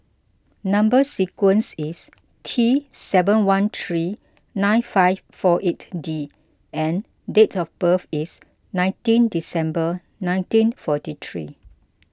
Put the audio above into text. Number Sequence is T seven one three nine five four eight D and date of birth is nineteen December nineteen forty three